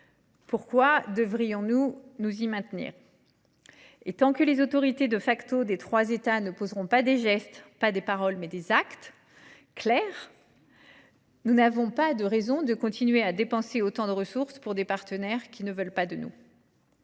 pourquoi devrions-nous nous y maintenir ? Tant que les autorités de ces trois États ne feront pas de gestes clairs – des actes et non pas des paroles –, nous n’aurons aucune raison de continuer à dépenser autant de ressources pour des partenaires qui ne veulent pas de nous.